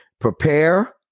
prepare